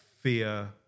fear